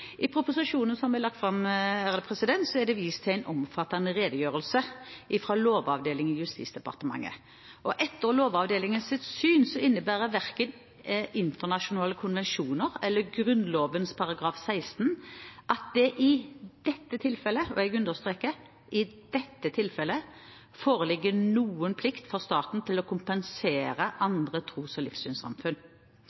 I proposisjonen som er lagt fram, er det vist til en omfattende redegjørelse fra Lovavdelingen i Justisdepartementet. Etter Lovavdelingens syn innebærer verken internasjonale konvensjoner eller Grunnloven § 16 at det i dette tilfellet – og jeg understreker i dette tilfellet – foreligger noen plikt for staten til å kompensere andre tros- og livssynssamfunn.